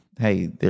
Hey